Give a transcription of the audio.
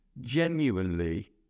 Genuinely